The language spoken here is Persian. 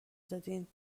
دادین